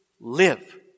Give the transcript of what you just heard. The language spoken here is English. live